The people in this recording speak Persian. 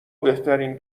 بهترین